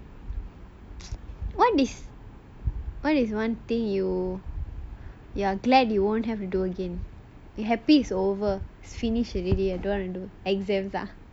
what is [one] thing you you are glad you won't have to do again you happy is over finish already you don't want to do exams ah